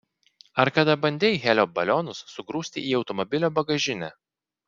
ar kada bandei helio balionus sugrūsti į automobilio bagažinę